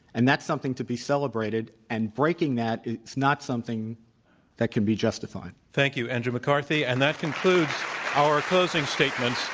and that's something to be celebrated. and breaking that is not something that could be justified. thank you, andrew mccarthy. and that concludes our closing statements.